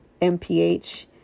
MPH